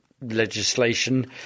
Legislation